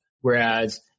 Whereas